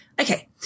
Okay